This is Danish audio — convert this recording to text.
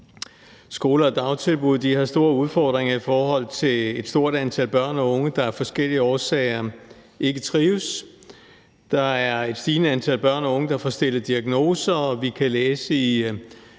Skoler og dagtilbud har store udfordringer med et stort antal børn og unge, der af forskellige årsager ikke trives. Der er et stigende antal børn og unge, der får stillet diagnoser, og vi kan læse i